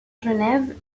genève